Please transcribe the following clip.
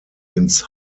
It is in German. ins